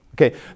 Okay